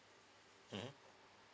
mm